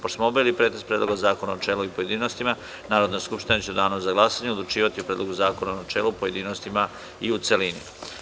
Pošto smo obavili pretres Predloga zakona u načelu i pojedinostima, Narodna skupština će u danu za glasanje odlučivati o Predlogu zakona u načelu, pojedinostima i u celini.